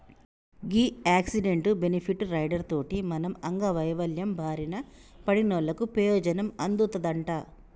గీ accident, benefit rider తోటి మనం అంగవైవల్యం బారిన పడినోళ్ళకు పెయోజనం అందుతదంట